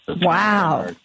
Wow